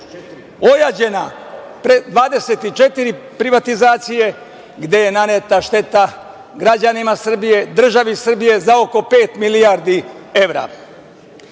24 privatizacije, gde je naneta šteta građanima Srbije, državi Srbije za oko pet milijardi evra. Kako